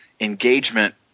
engagement